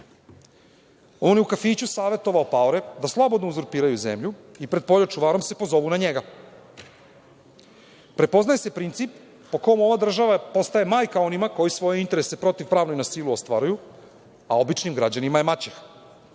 On je u kafiću savetovao paore da slobodno uzurpiraju zemlju i pred poljočuvarom se pozovu na njega. Prepoznaje se princip po kome ova država postaje majka onima koji svoje interese protivpravno i na silu ostvaruju, a običnim građanima je maćeha.